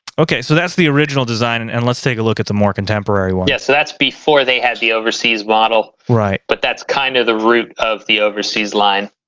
okay so that's the original design and and let's take a look at the more contemporary well yes so that's before they had the overseas model right but that's kind of the route of the overseas line